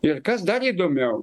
ir kas dar įdomiau